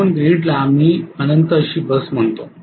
म्हणून ग्रीडला आम्ही अनंत अशी बस म्हणतो